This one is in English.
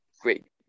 Great